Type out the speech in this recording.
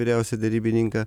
vyriausiąjį derybininką